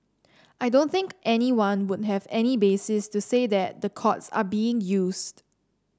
I don't think anyone would have any basis to say that the courts are being used